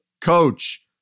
coach